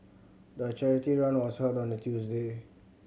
the charity run was held on a Tuesday